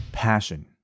passion